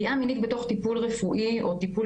פגיעה מינית בתוך טיפול רפואי או טיפול